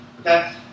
okay